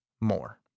more